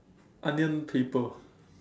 onion paper